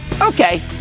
Okay